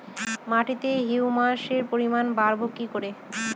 মাটিতে হিউমাসের পরিমাণ বারবো কি করে?